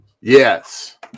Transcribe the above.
Yes